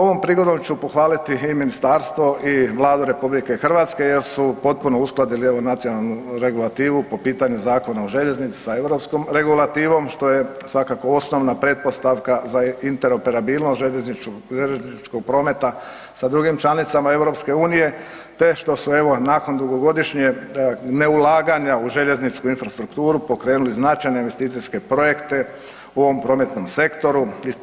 Ovom prigodom ću pohvaliti i ministarstvo i Vladu RH jer su potpuno uskladili, evo, nacionalnu regulativu po pitanju Zakona o željeznicama sa europskom regulativom, što je svakako osnovna pretpostavka za interoperabilnost željezničkog prometa sa drugim članicama EU, te što su evo, nakon dugogodišnjeg neulaganja u željezničku infrastrukturu pokrenula značajne investicijske projekte u ovom prometnom sektoru.